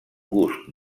gust